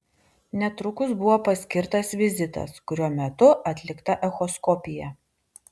netrukus buvo paskirtas vizitas kurio metu atlikta echoskopija